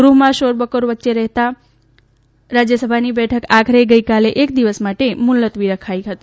ગૃહમાં શોરબકોર ચાલુ રહેતા રાજ્યસભાની બેઠક આખરે ગઇકાલે એક દિવસ માટે મુલતવી રખાઈ હતી